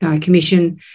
Commission